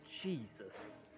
Jesus